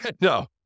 No